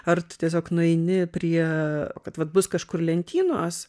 ar tu tiesiog nueini prie kad vat bus kažkur lentynos